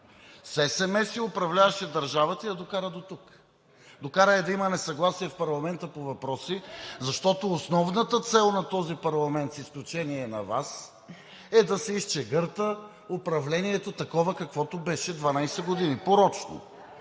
SMS-и управляваше държавата и я докара дотук. Докара я да има несъгласие в парламента по въпросите! Защото основната цел на този парламент, с изключение на Вас, е да се изчегърта управлението такова, каквото беше 12 години – порочно.